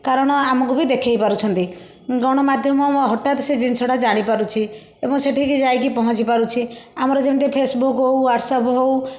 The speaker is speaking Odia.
କାରଣ ଆମକୁ ବି ଦେଖାଇ ପାରୁଛନ୍ତି ଗଣମାଧ୍ୟମ ହଟାତ୍ ସେ ଜିନିଷ ଟା ଜାଣିପାରୁଛି ଏବଂ ସେଠିକି ଯାଇକି ପହଞ୍ଚି ପାରୁଛି ଆମର ଯେମିତି ଫେସବୁକ ହଉ ହ୍ବାଟ୍ସଅପ ହଉ